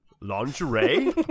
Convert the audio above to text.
lingerie